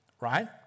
right